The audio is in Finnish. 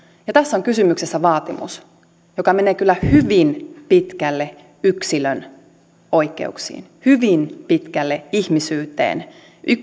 ja tässä on kysymyksessä vaatimus joka menee kyllä hyvin pitkälle yksilön oikeuksiin hyvin pitkälle ihmisyyteen